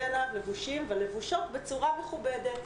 אליו לבושים ולבושות בצורה מכובדת,